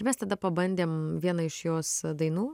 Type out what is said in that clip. mes tada pabandėm vieną iš jos dainų